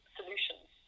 solutions